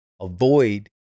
avoid